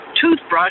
toothbrush